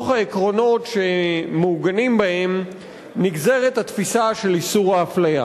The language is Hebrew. הוא אחד העקרונות החוקתיים הבסיסיים של המדינה.